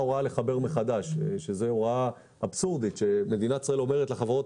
הוראה אבסורדית שמדינת ישראל אומרת לחברות